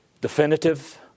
Definitive